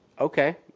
Okay